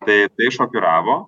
tai tai šokiravo